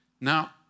now